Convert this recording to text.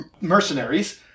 mercenaries